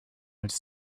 its